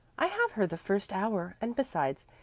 i have her the first hour, and besides,